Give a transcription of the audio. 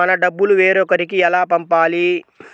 మన డబ్బులు వేరొకరికి ఎలా పంపాలి?